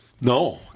no